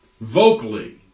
vocally